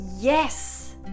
yes